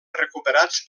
recuperats